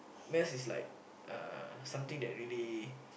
maths is like uh something that really